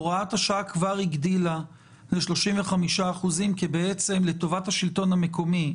הוראת השעה כבר הגדילה ל-35% לטובת השלטון המקומי.